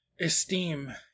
esteem